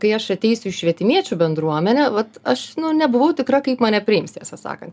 kai aš ateisiu į švietimiečių bendruomenę vat aš nebuvau tikra kaip mane priims tiesą sakant